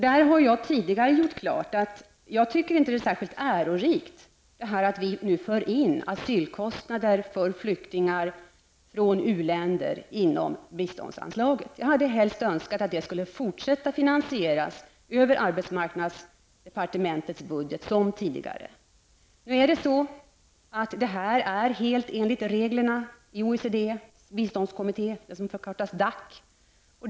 Jag har tidigare gjort klart att jag inte tycker det är särskilt ärorikt att nu föra in asylkostnader för flyktingar från u-länder i biståndsanslag. Jag hade helst önskat att detta skulle fortsätta att finansieras över arbetsmarknadsdepartementets budget. Men detta är helt enligt reglerna i OECDs biståndskommitté DAC.